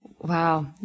Wow